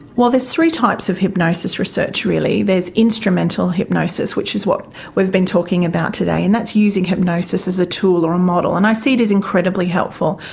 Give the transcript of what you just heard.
well there's three types of hypnosis research really there's instrumental hypnosis which is what we've been talking about today, and that's using hypnosis as a tool or a model, and i see it as incredibly helpful,